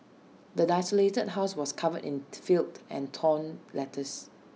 the desolated house was covered in filth and torn letters